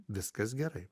viskas gerai